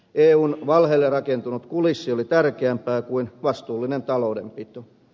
eun valheelle rakentunut kulissi oli tärkeämpi kuin vastuullinen taloudenpito